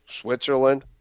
Switzerland